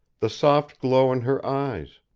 the soft glow in her eyes.